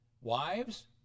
wives